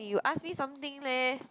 you ask me something leh